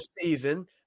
season